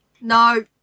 No